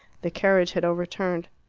the carriage had overturned.